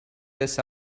this